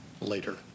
later